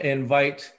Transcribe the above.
invite